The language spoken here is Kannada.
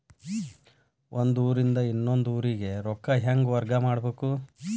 ಒಂದ್ ಊರಿಂದ ಇನ್ನೊಂದ ಊರಿಗೆ ರೊಕ್ಕಾ ಹೆಂಗ್ ವರ್ಗಾ ಮಾಡ್ಬೇಕು?